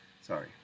Sorry